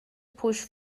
push